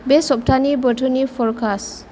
बे सप्तानि बोथोरनि फरकास्ट